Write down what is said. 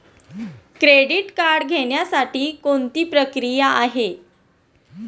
Credit card घेण्यासाठी कोणती प्रक्रिया आहे?